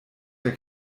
der